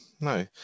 No